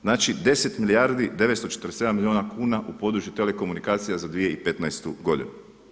Znači, 10 milijardi 947 milijuna kuna u području telekomunikacija za 2015. godinu.